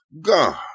God